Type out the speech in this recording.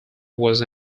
was